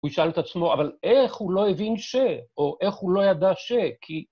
הוא ישאל את עצמו, אבל איך הוא לא הבין ש? או איך הוא לא ידע ש? כי...